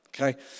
Okay